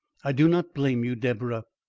i do not blame you, deborah.